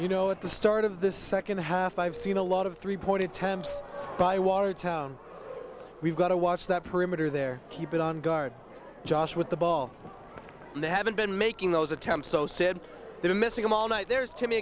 you know at the start of the second half i've seen a lot of three point attempts by watertown we've got to watch that perimeter there keep it on guard josh with the ball and they haven't been making those attempts so said they were missing him all night there's to me